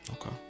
Okay